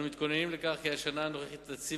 אנו מתכוננים לכך שהשנה הנוכחית תציב